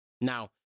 Now